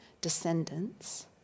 descendants